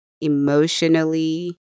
Emotionally